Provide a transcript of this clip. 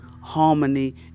harmony